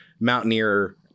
Mountaineer